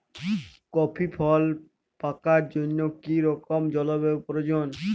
Coffee ফল পাকার জন্য কী রকম জলবায়ু প্রয়োজন?